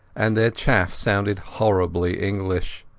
and their chaff sounded horribly english.